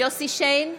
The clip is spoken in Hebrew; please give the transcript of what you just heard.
יוסף שיין,